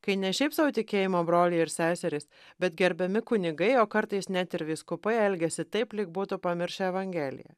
kai ne šiaip sau tikėjimo broliai ir seserys bet gerbiami kunigai o kartais net ir vyskupai elgiasi taip lyg būtų pamiršę evangeliją